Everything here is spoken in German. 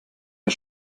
der